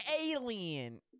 alien